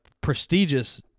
prestigious